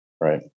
Right